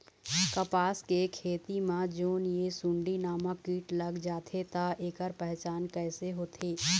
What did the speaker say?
कपास के खेती मा जोन ये सुंडी नामक कीट लग जाथे ता ऐकर पहचान कैसे होथे?